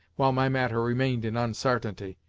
while my matter remained in unsartainty,